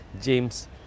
James